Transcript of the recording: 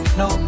no